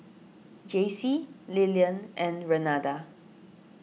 Jacey Lilian and Renada